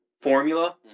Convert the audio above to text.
formula